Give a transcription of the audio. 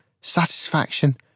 satisfaction